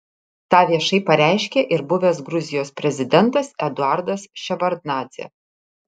tą viešai pareiškė ir buvęs gruzijos prezidentas eduardas ševardnadzė